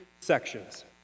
sections